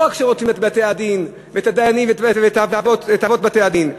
לא רק רודפים את בתי-הדין ואת הדיינים ואת אבות בתי-הדין,